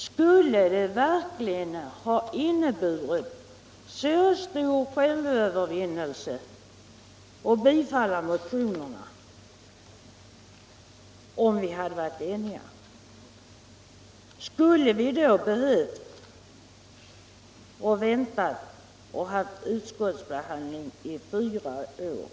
Skulle det verkligen ha inneburit så stor självövervinnelse att bifalla motionerna, om vi var eniga? Skulle vi då behöva vänta och ha utskottsbehandling i fyra år?